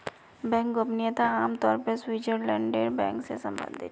bank गोपनीयता आम तौर पर स्विटज़रलैंडेर बैंक से सम्बंधित छे